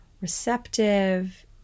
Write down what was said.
receptive